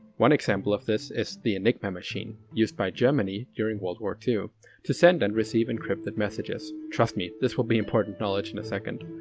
one example of this, is the enigma machine, used by germany during world war ii to send and receive encrypted messages. trust me, this will be important knowledge in a second.